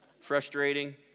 Frustrating